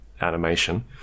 Animation